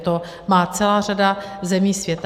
To má celá řada zemí světa.